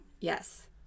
Yes